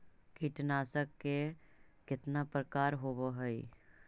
कीटनाशक के कितना प्रकार होव हइ?